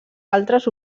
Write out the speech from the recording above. altres